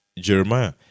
Jeremiah